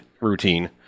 routine